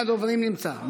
נמצא?